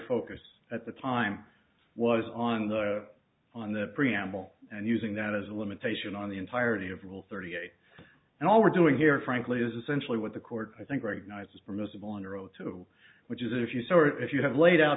focus at the time was on the on the preamble and using that as a limitation on the entirety of rule thirty eight and all we're doing here frankly is essentially what the court i think recognizes permissible under oath too which is if you start if you have laid out